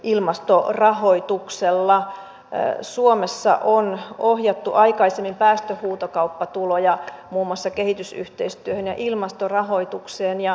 kaikkein haastavin kysymys tulee olemaan se millä tavalla pystymme puolittamaan kotimaassa käytetyn öljyn ja miten kykenemme saavuttamaan hyvin kunnianhimoiset liikennepolttoainetavoitteet